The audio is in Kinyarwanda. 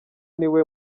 niwe